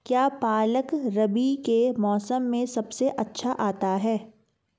क्या पालक रबी के मौसम में सबसे अच्छा आता है?